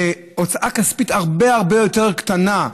בהוצאה כספית הרבה הרבה יותר קטנה,